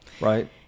Right